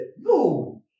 no